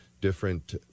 different